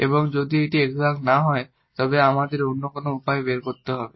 এবং যদি এটি এক্সাট না হয় তবে আমাদের অন্য কোন উপায় খুঁজে বের করতে হবে